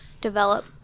develop